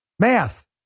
Math